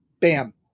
bam